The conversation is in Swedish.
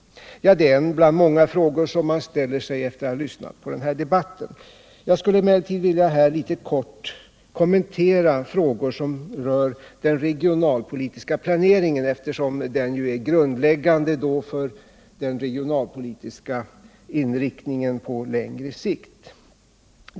Det är en bland många frågor, som man ställer sig efter att ha lyssnat på den här debatten. Jag skulle emellertid här litet kort vilja kommentera frågor som rör den regionalpolitiska planeringen, eftersom den ju är grundläggande för den regionalpolitiska inriktningen på längre sikt.